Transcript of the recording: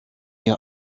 ihr